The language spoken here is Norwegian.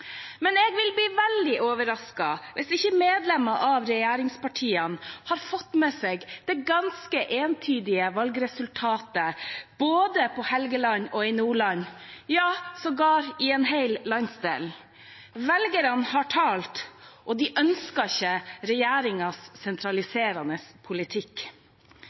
Men jeg vil bli veldig overrasket hvis ikke medlemmer av regjeringspartiene har fått med seg det ganske så entydige valgresultatet både på Helgeland og i Nordland, ja sågar i en hel landsdel. Velgerne har talt, og de ønsker ikke regjeringens sentraliserende politikk.